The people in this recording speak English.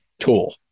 tool